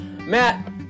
Matt